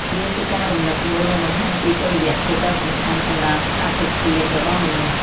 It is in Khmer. វាជាការរំលឹកមួយដែលបង្ហាញពីតុល្យភាពដ៏សំខាន់សម្រាប់អត្ថិភាពរបស់មនុស្ស។